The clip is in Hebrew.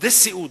עובדי סיעוד,